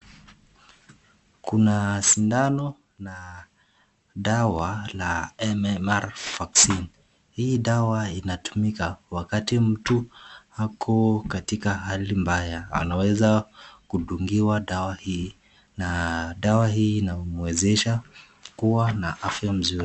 Kuna sindano na dawa la *mmr vaccine* hii dawa inatumika wakati mtu yuko katika hali mbaya, anaweza kudungiwa dawa hii na dawa hii inamwezesha kuwa na afya mzuri.